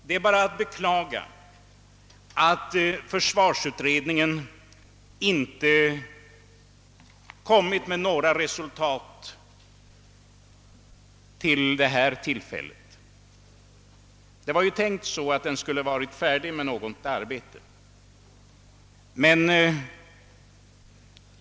Det är att beklaga att försvarsutredningen inte kunnat redovisa något resultat i dag. Det var planerat att utredningen nu skulle ha varit färdig med något arbete.